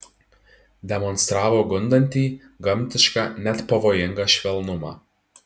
demonstravo gundantį gamtišką net pavojingą švelnumą